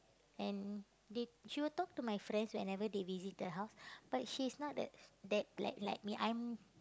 and they she will talk to my friends whenever they visit the house but she's not that that like like me I'm